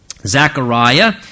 Zechariah